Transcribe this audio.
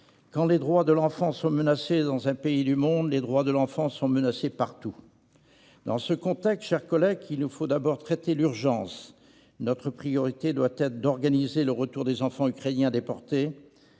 Quand les droits de l'enfant sont menacés dans un pays du monde, les droits de l'enfant sont menacés partout. » Dans ce contexte, mes chers collègues, il nous faut d'abord traiter l'urgence. Notre priorité doit être d'organiser le retour des enfants ukrainiens déportés